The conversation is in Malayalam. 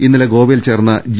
ഇന്നലെ ഗോവയിൽ ചേർന്ന ജി